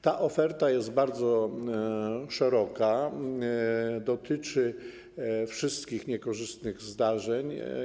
Ta oferta jest bardzo szeroka, dotyczy wszystkich niekorzystnych zdarzeń.